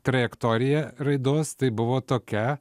trajektorija raidos tai buvo tokia